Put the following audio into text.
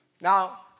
Now